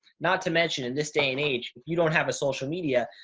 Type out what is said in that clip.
not to mention in this day and age you don't have a social media.